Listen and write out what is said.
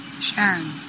Sharon